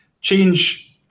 change